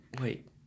wait